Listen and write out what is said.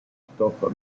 stoffa